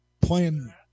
playing